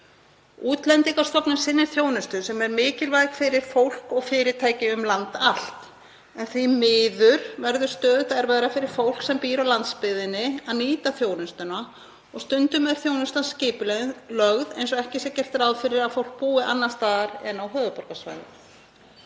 Útlendingastofnun sinnir þjónustu sem er mikilvæg fyrir fólk og fyrirtæki um land allt en því miður verður stöðugt erfiðara fyrir fólk sem býr á landsbyggðinni að nýta þjónustuna og stundum er þjónustan skipulögð eins og ekki sé gert ráð fyrir að fólk búi annars staðar en á höfuðborgarsvæðinu.